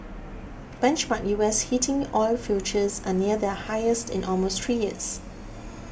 benchmark U S heating oil futures are near their highest in almost three years